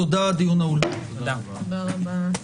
תודה רבה.